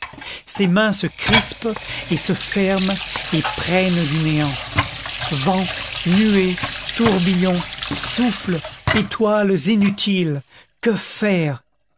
ses mains se crispent et se ferment et prennent du néant vents nuées tourbillons souffles étoiles inutiles que faire